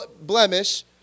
blemish